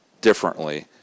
differently